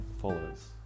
follows